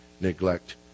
neglect